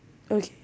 okay